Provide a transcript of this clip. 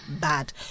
bad